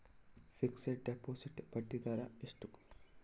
Fixed deposit ಬಡ್ಡಿ ದರ ಎಷ್ಟು?